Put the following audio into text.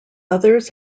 others